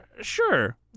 sure